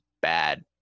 bad